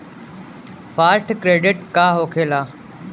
Fast credit का होखेला?